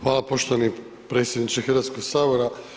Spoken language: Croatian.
Hvala poštovani predsjedniče Hrvatskog sabora.